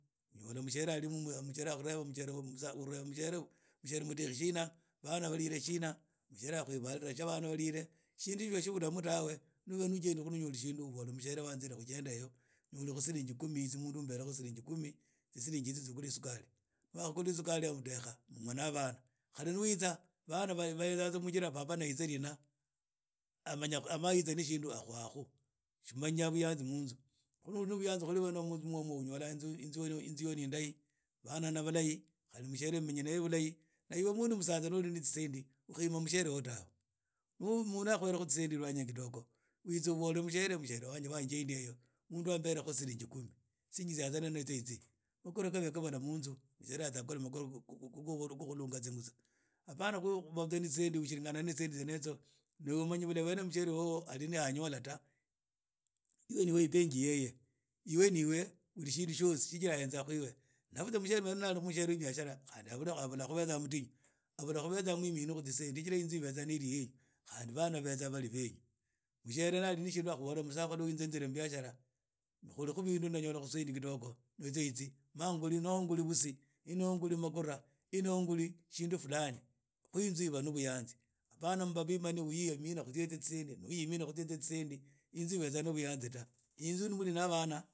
Mushiere ali mumba. mushiere arheva musakhulu weve mushiere mudekhe shina, bana balire shina. mushiere akhwivalira shia bana balire. shindu ishio tsibulamu tawe nuvba najendi khu no unyole shindu. ivola mushiere wanzire khujenda eyo nyole khu tsiringi kumi. mundu umberha tsiringi kumi. tsiringi itsi tsia okhule eskari. rwa akhula esukari na adekha omwa na abana, khali nu witsa. bana bahenza tsa munzira baba na yitse rina amanya yitsa kkhu ne shindu akhu ha khu shi manya buyanzi munzu, khu no oli no buyanzi khuli bwene buno munzu onyola inzu yeyo ne indahi. bana ana balahi. khali mushiere no mulahi, khali ne ibe mndu musatsa nonyola tsisendi utaema mushiere wuwo tawe, rwo umundo akhuhetsa khu tsisendi kidogo witsa uvola msheire msheire wange wanjendi eyo mundu ambere khu tsilingi kumi tsingi tsyagana na tsio itsi, makhuba gane ghaba munzu, makhuwa khu khulunga tsingutsa pana khuba na tsisendi osiringana na tsisendi tsyene itsio. na ibe mwene uumanye mshiere vobo ali na ha anyola ta. Iwe ni we ibenki yeye iwe ni we uli tsindu tsiosi tsijira ahenza khu iwe na vutwsa mushiere wenne na ali mushiere we biashara khandi abula khubetsa mutinyu, abula khubetsa mwiminu khu tsisendi chijira inzu ibeza iri yenu khandi bana babetsa bali benu mshiere na ali ne shindu akhubola musakhulu inze nzile mu biashara ne nyola khu tsisendi kidogo netsyo yitsi ma nguli anoho nguli vutsi inoho nguli makhura inoho nguli tsindu fulani khu inzu iba no buyanzi apana mmba bemani mundu yemina khu tysye na undi khu tsyetsye tsendi inzu ibeza no buyanzi ta. Inzu nu muli na bana…